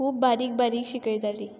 खूब बारीक बारीक शिकयतालीं